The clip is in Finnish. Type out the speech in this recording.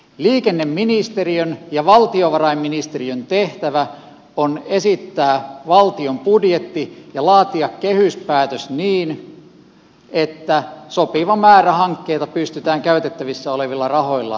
liikenneministeriön ja valtiovarainministeriön tehtävänä on esittää valtion budjetti ja laatia kehyspäätös niin että sopiva määrä hankkeita pystytään käytettävissä olevilla rahoilla toteuttamaan